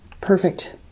perfect